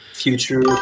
future